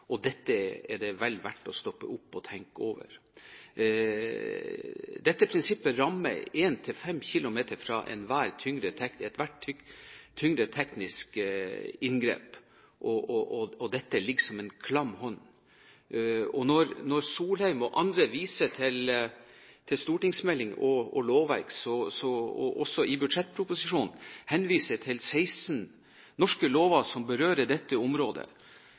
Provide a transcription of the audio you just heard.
hele dette området nå snart 50 pst. av det totale landareal i Norge. Dette er det vel verdt å stoppe opp og tenke over. Dette prinsippet rammer én til fem kilometer avstand fra ethvert tyngre, teknisk inngrep, og dette ligger som en klam hånd. Når Solheim og andre viser til stortingsmelding og lovverk og også i budsjettproposisjonen henviser til 16 norske lover som berører dette området,